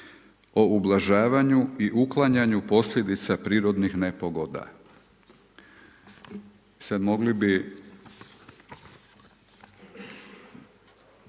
o ublažavanju i uklanjanju posljedica prirodnih nepogoda. Sad mogli bi